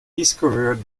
discovered